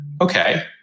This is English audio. Okay